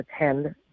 attend